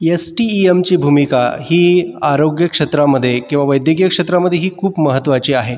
S T E एमची भूमिका ही आरोग्य क्षेत्रामध्ये किंवा वैद्यकीय क्षेत्रामध्येही खूप महत्त्वाची आहे